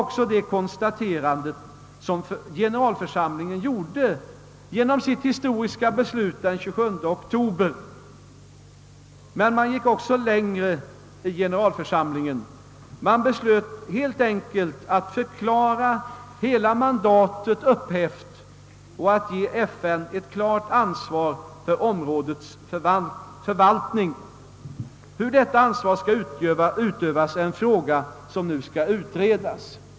Det var det konstaterandet generalförsamlingen gjorde genom sitt historiska beslut den 27 oktober. Men generalförsamlingen gick längre än så och beslöt helt enkelt att förklara hela mandatet upphävt samt att ge FN ett klart ansvar för områdets förvaltning. Hur detta ansvar skall utövas är en fråga som nu skall utredas.